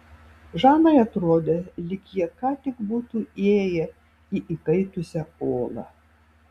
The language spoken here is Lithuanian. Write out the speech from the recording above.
žanai atrodė lyg jie ką tik būtų įėję į įkaitusią olą